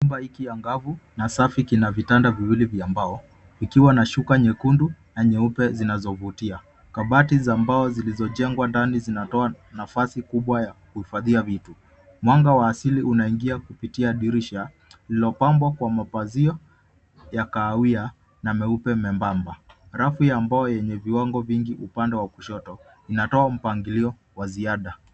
Chumba hiki angavu na safi kina vitanda viwili vya mbao kikiwa na shuka nyekundu na nyeupe zinazovutia. Kabati za mbao zilizojengwa ndani zinatoa nafasi kubwa ya kuhifadhia vitu. Mwanga wa asili unaingia kupitia dirisha lililopambwa kwa mapazia ya kahawia na meupe membamba. Rafu ya mbao yenye viwango vingi upande wa kushoto vinatoa mpangilio wa ziada.